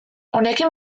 honekin